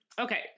okay